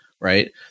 right